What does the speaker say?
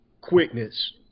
quickness